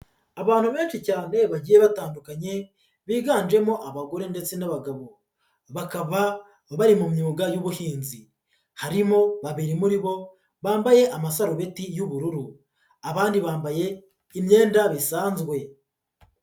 Abantu benshi cyane bagiye batandukanye biganjemo abagore ndetse n'abagabo, bakaba bari mu myuga y'ubuhinzi, harimo babiri muri bo bambaye amasarubeti y'ubururu, abandi bambaye imyenda bisanzwe.